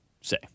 say